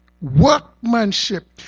workmanship